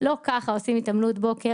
לא ככה עושים התעמלות בוקר,